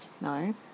No